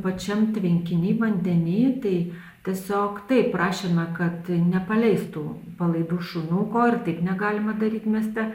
pačiam tvenkiny vandeny tai tiesiog taip prašėme kad nepaleistų palaidų šunų ko ir taip negalima daryt mieste